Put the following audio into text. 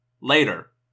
Later